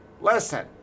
Listen